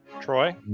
Troy